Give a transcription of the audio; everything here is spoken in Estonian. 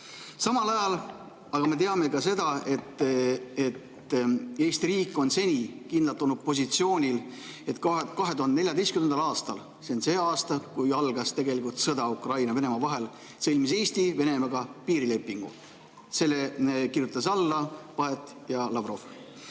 Samal ajal aga me teame ka seda, et Eesti riik on seni kindlalt olnud positsioonil, et 2014. aastal – see on sel aastal, kui algas sõda Ukraina ja Venemaa vahel – sõlmis Eesti Venemaaga piirilepingu. Sellele kirjutasid alla Paet ja Lavrov.